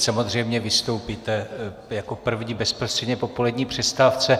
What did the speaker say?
Samozřejmě vystoupíte jako první bezprostředně po polední přestávce.